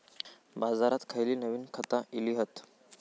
बाजारात खयली नवीन खता इली हत?